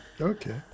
okay